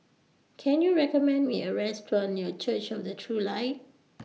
Can YOU recommend Me A Restaurant near Church of The True Light